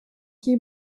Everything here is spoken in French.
qui